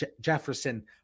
Jefferson